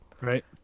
Right